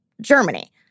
Germany